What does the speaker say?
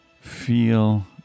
feel